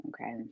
Okay